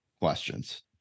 questions